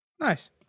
Nice